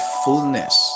fullness